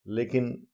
लेकिन